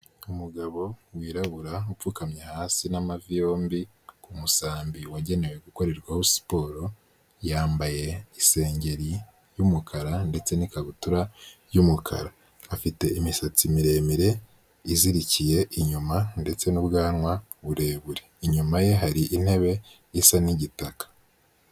Umugabo wirabura upfukamye hasi n'amavi yombi, ku musambi wagenewe gukorerwaho siporo, yambaye isengeri y'umukara ndetse n'ikabutura y'umukara. Afite imisatsi miremire izirikiye inyuma, ndetse n'ubwanwa burebure. Inyuma ye hari intebe isa n'igitaka.